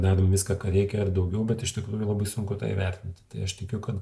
darom viską ką reikia ar daugiau bet iš tikrųjų labai sunku tą įvertinti tai aš tikiu kad